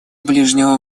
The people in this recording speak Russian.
ближнего